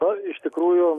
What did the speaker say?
na iš tikrųjų